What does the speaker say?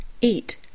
eat